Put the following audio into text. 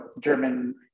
German